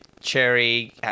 Cherry